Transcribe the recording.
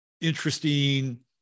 interesting